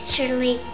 Surely